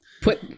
Put